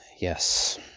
Yes